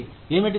ఏమిటి తప్పు